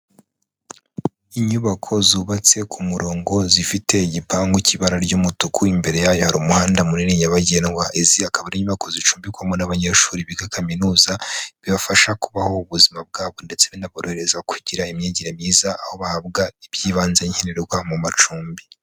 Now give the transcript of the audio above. Inyubako zubatse ku murongo zifite igipangu cy'ibara ry'umutuku, imbere yayo hari umuhanda munini nyabagendwa, izi akaba ari inyubako zicumbikwamo n'abanyeshuri biga kaminuza, bibafasha kubaho ubuzima bwabo ndetse binaborohereza kugira imyigire myiza, aho bahabwa iby'ibanze nkenerwa mu macumbi.